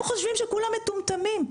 הם חושבים שכולם מטומטמים,